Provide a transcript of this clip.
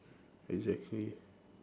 exactly